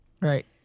Right